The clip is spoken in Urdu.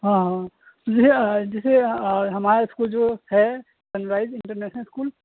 ہاں ہاں جیسے جیسے ہمارا اسکول جو ہے سن رائز انٹرنیشنل اسکول